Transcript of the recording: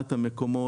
את הנושא --- בסדר.